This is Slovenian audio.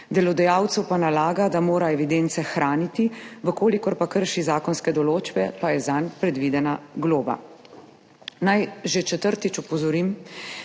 delodajalcu pa nalaga, da mora evidence hraniti, če pa krši zakonske določbe, pa je zanj predvidena globa. Naj že četrtič opozorim,